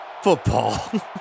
football